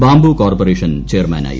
bamboo corporation ചെയർമാനായിരുന്നു